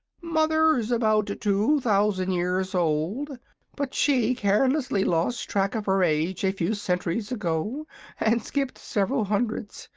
mother's about two thousand years old but she carelessly lost track of her age a few centuries ago and skipped several hundreds.